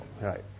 right